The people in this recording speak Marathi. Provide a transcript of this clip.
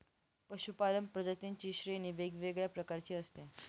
पशूपालन प्रजातींची श्रेणी वेगवेगळ्या प्रकारची असते